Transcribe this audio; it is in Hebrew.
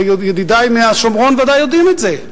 וידידי מהשומרון ודאי יודעים את זה.